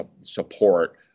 support